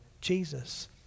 Jesus